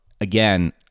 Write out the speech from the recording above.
again